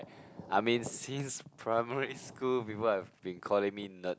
I mean since primary school people have been calling me Nerd